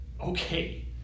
Okay